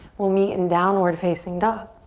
we'll meet in downward facing dog.